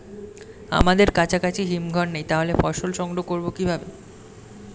আমাদের কাছাকাছি হিমঘর নেই তাহলে ফসল সংগ্রহ করবো কিভাবে?